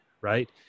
right